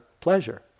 pleasure